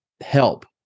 help